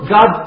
God